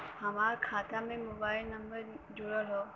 हमार खाता में मोबाइल नम्बर जुड़ल हो?